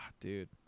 Dude